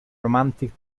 romantic